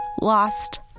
lost